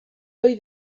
ohi